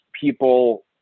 people